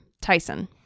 Tyson